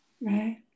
Right